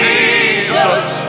Jesus